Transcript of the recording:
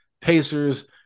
Pacers